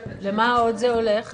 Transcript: למה עוד זה הולך?